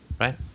right